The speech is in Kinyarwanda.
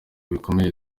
bikomeye